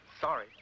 Sorry